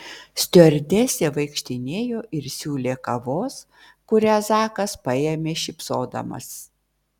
stiuardesė vaikštinėjo ir siūlė kavos kurią zakas paėmė šypsodamas